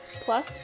Plus